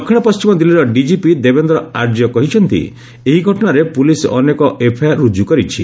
ଦକ୍ଷିଣ ପଣ୍ଟିମ ଦିଲ୍ଲୀର ଡିଜିପି ଦେବେନ୍ଦର ଆର୍ଯ୍ୟ କହିଛନ୍ତି ଏହି ଘଟଣାରେ ପୁଲିସ୍ ଅନେକ ଏଫ୍ଆଇଆର୍ ରୁଜୁ କରିଛି